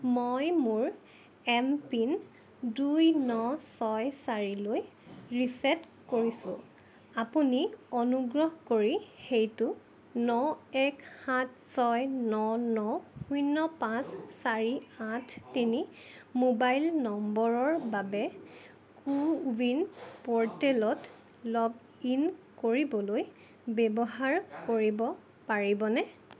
মই মোৰ এমপিন দুই ন ছয় চাৰিলৈ ৰিচেট কৰিছোঁ আপুনি অনুগ্ৰহ কৰি সেইটো ন এক সাত ছয় ন ন শূন্য পাঁচ চাৰি আঠ তিনি মোবাইল নম্বৰৰ বাবে কো ৱিন প'ৰ্টেলত লগ ইন কৰিবলৈ ব্যৱহাৰ কৰিব পাৰিবনে